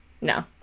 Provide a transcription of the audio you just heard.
No